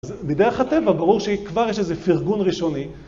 מדרך הטבע, ברור שכבר יש איזה פרגון ראשוני.